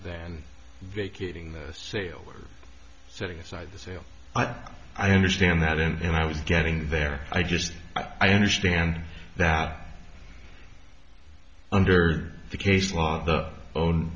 than vacating this sale or setting aside the sale i understand that and i was getting there i just i understand that under